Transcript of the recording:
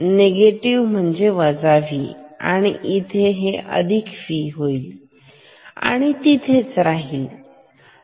negative म्हणजे वजाV आणि इथे हे अधिक V होईल आणि तिथेच राहील